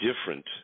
different